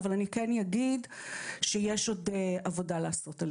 אבל אני כן אגיד שיש עוד עבודה לעשות על זה.